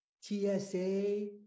TSA